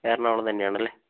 എറണാകുളം തന്നെയാണല്ലേ